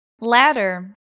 ladder